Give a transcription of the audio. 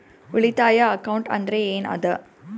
ಉಳಿತಾಯ ಅಕೌಂಟ್ ಅಂದ್ರೆ ಏನ್ ಅದ?